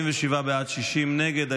47 בעד, 60 נגד.